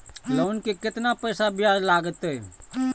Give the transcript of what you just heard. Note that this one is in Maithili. लोन के केतना पैसा ब्याज लागते?